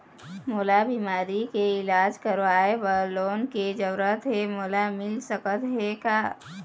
मोला बीमारी के इलाज करवाए बर लोन के जरूरत हे मोला मिल सकत हे का?